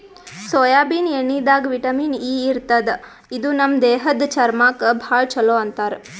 soybean ಎಣ್ಣಿದಾಗ್ vitamin E ಇರ್ತದ್ ಇದು ನಮ್ ದೇಹದ್ದ್ ಚರ್ಮಕ್ಕಾ ಭಾಳ್ ಛಲೋ ಅಂತಾರ್